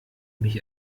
mich